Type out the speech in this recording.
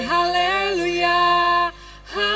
Hallelujah